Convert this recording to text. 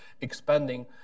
expanding